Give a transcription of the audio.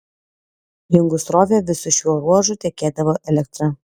įjungus srovę visu šiuo ruožu tekėdavo elektra